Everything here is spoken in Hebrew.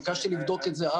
ביקשתי לבדוק את זה,